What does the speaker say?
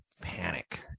panic